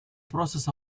process